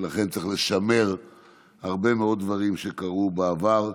ולכן צריך לשמר הרבה מאוד דברים שקרו בעבר,